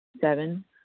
Seven